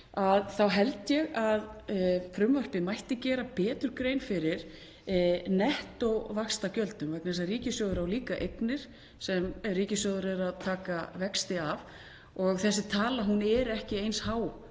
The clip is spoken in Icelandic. ég held að frumvarpið mætti gera betur grein fyrir nettóvaxtagjöldum vegna þess að ríkissjóður á líka eignir sem ríkissjóður er að taka vexti af og þessi tala er ekki eins há